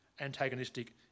antagonistic